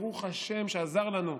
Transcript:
ברוך השם שעזר לנו,